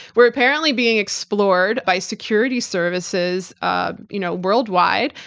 were apparently being explored by security services ah you know worldwide.